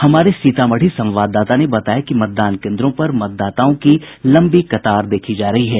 हमारे सीतामढ़ी संवाददाता ने बताया कि मतदान केन्द्रों पर मतदाताओं की लम्बी कतार देखी जा रही है